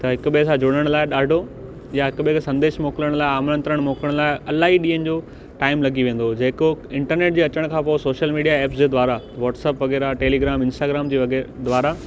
त हिक ॿिए सां जुड़ण लाइ ॾाढो या हिक ॿिए खे संदेश मोकिलिण लाइ आमंत्रण मोकिलिण लाइ इलाही ॾींहनि जो टाइम लॻी वेंदो हुओ जेको इंटरनेट जे अचण खां पोइ सोशल मीडिया ऐप्स जे द्वारा वॉट्सप वग़ैरह टेलीग्राम इंस्टाग्राम जे अॻे द्वारा